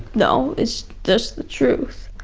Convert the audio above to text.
no, it's just the truth.